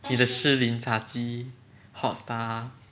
你的 shilin 炸鸡 hot star